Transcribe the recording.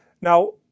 Now